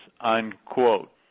unquote